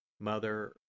Mother